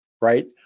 right